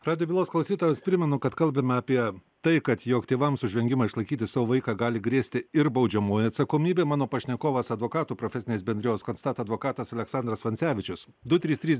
radijo bylos klausytojams primenu kad kalbame apie tai kad jog tėvams už vengimą išlaikyti savo vaiką gali grėsti ir baudžiamoji atsakomybė mano pašnekovas advokatų profesinės bendrijos konstat advokatas aleksandras vansevičius du trys trys